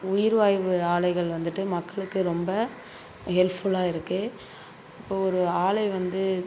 உயிர்வாயு ஆலைகள் வந்துகிட்டு மக்களுக்கு ரொம்ப ஹெல்ப்ஃபுல்லாக இருக்குது இப்போ ஒரு ஆலை வந்து